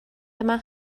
yma